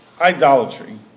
idolatry